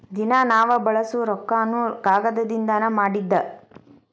ದಿನಾ ನಾವ ಬಳಸು ರೊಕ್ಕಾನು ಕಾಗದದಿಂದನ ಮಾಡಿದ್ದ